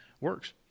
works